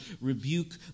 rebuke